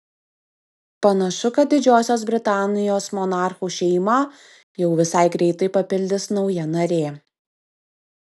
panašu kad didžiosios britanijos monarchų šeimą jau visai greitai papildys nauja narė